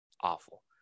awful